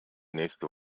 nächste